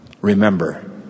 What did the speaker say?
Remember